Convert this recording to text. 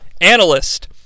analyst